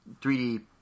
3D